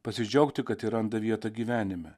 pasidžiaugti kad ji randa vietą gyvenime